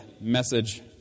message